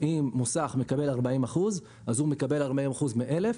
אם מוסך מקבל 40% אז הוא מקבל 40% מ-1,000,